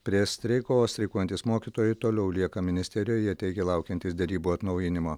prie streiko o streikuojantys mokytojai ir toliau lieka ministerijoje teigė laukiantys derybų atnaujinimo